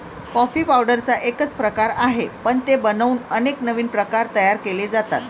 coffee पावडरचा एकच प्रकार आहे, पण ते बनवून अनेक नवीन प्रकार तयार केले जातात